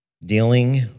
Dealing